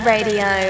Radio